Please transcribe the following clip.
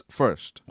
first